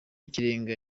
ikirenga